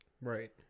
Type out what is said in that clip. Right